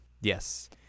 Yes